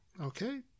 okay